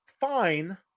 fine